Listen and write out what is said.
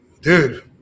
dude